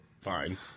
fine